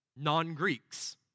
Non-Greeks